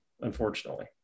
unfortunately